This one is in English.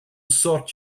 sort